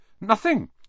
Nothing